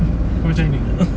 from china